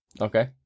Okay